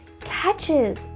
catches